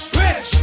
rich